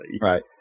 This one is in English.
right